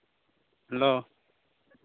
hello